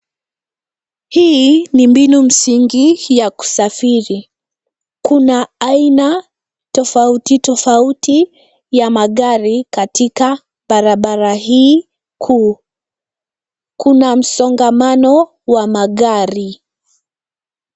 Hii ni mbinu msingi ya kusafiri. Kuna aina tofauti tofauti ya magari katika barabara hii kuu. Kuna msongamano wa magari.